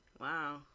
Wow